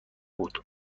بود